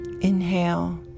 Inhale